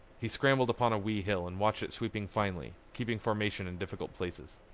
he scrambled upon a wee hill and watched it sweeping finely, keeping formation in difficult places.